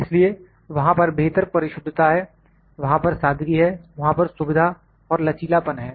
इसलिए वहां पर बेहतर परिशुद्धता है वहां पर सादगी है वहां पर सुविधा और लचीलापन है